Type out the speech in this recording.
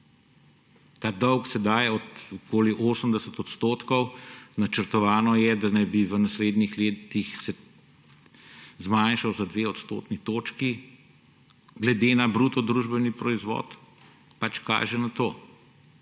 Ta dolg je sedaj okoli 80 %, načrtovano je, da naj bi se v naslednjih letih se zmanjšal za 2 odstotni točki. Glede na bruto družbeni proizvod kaže na to.